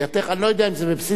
אני לא יודע אם זה בבסיס התקציב,